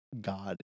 God